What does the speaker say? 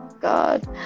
God